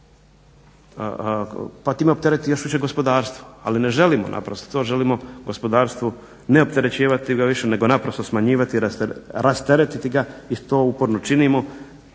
pa time optereti još više gospodarstvo. Ali ne želimo naprosto to, želimo gospodarstvo ne opterećivati ga više nego smanjivati, rasteretiti ga i to uporno činimo.